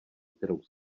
kterou